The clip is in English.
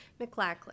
McLachlan